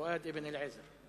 פואד בן-אליעזר.